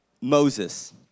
Moses